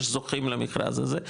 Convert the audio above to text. יש זוכים למכרז הזה,